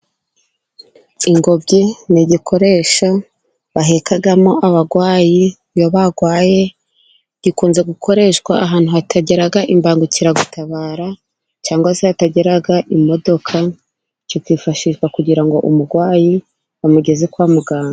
Ingobyi ni igikoresha bahekamo abarwayi，iyo barwaye，gikunze gukoreshwa ahantu hatagera imbangukiragutabara， cyangwa se hatagera imodoka. kikifashishwa kugira ngo umurwayi amugeze kwa muganga.